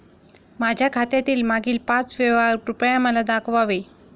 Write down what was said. माझ्या खात्यातील मागील पाच व्यवहार कृपया मला दाखवावे